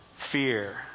Fear